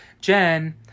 Jen